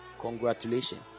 congratulations